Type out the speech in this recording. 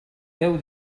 deu